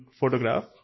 photograph